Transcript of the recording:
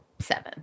seven